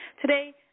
Today